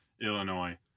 Illinois